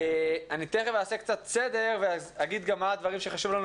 אני מייד אעשה סדר ואגיד מה הדברים שחשוב לנו